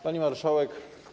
Pani Marszałek!